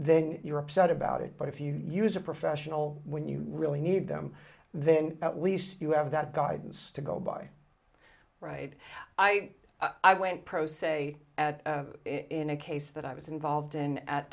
then you're upset about it but if you use a professional when you really need them then at least you have that guidance to go by right i i went pro se at in a case that i was involved in at